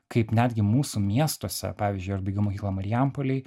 kaip netgi mūsų miestuose pavyzdžiui aš baigiau mokyklą marijampolėj